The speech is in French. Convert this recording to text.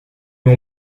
mon